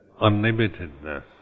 unlimitedness